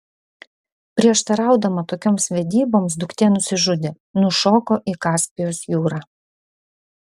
prieštaraudama tokioms vedyboms duktė nusižudė nušoko į kaspijos jūrą